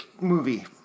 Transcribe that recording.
movie